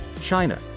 China